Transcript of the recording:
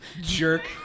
Jerk